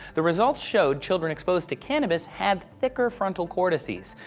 the results showed children exposed to cannabis had thicker frontal cortices.